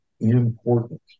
important